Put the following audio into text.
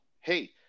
hey